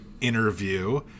interview